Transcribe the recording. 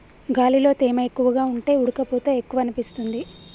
గాలిలో తేమ ఎక్కువగా ఉంటే ఉడుకపోత ఎక్కువనిపిస్తుంది